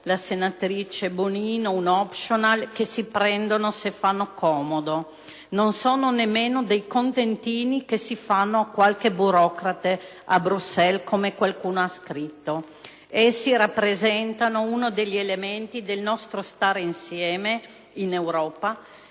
la senatrice Bonino - degli *optional*, che si prendono se fanno comodo; non sono nemmeno contentini che si danno a qualche burocrate a Bruxelles, come qualcuno ha scritto. Rappresentano, invece, uno degli elementi del nostro stare insieme in Europa